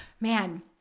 Man